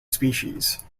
species